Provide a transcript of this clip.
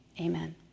Amen